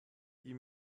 die